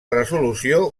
resolució